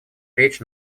лечь